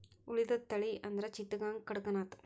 ಉಳಿದದ ತಳಿ ಅಂದ್ರ ಚಿತ್ತಗಾಂಗ, ಕಡಕನಾಥ